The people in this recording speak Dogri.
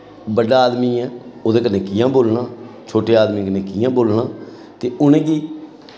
बड्डा आदमी ऐ ओह्दे कन्नै कि'यां बोलना छोटे आदमी कन्नै कि'यां बोलना ते उ'नेंगी